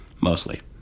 Mostly